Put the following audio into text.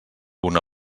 una